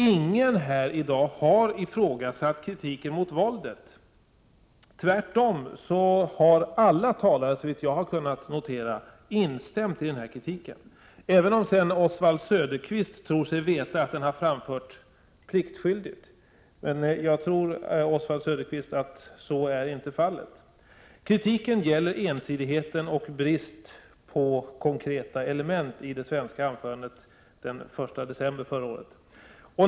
Ingen har i dag ifrågasatt kritiken mot våldet. Tvärtom har alla talare, såvitt jag kunnat uppfatta det, instämt i denna kritik, även om Oswald Söderqvist anser sig veta att kritiken har framförts pliktskyldigt. Jag tror, Oswald Söderqvist, att det inte är fallet. Kritiken gäller ensidigheten och bristen på konkreta förslag i det svenska anförandet den 1 december förra året.